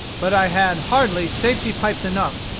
but i had hardly safety pipes enough,